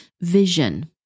Vision